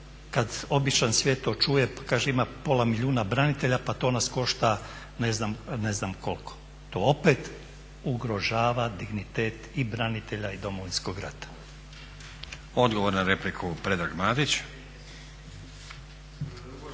kada običan svijet to čuje pa kaže ima pola milijuna branitelja pa to nas košta ne znam koliko. To opet ugrožava dignitet i branitelja i Domovinskog rata. **Stazić, Nenad